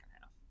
half